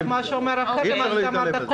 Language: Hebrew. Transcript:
אז את מה שאומר --- אתה אמרת קודם.